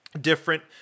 different